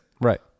Right